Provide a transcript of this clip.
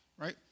right